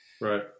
Right